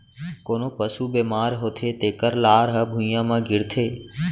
कोनों पसु बेमार होथे तेकर लार ह भुइयां म गिरथे